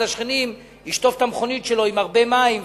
השכנים ישטוף את המכונית שלו עם הרבה מים,